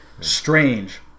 strange